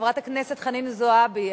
חברת הכנסת זועבי,